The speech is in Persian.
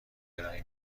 ارائه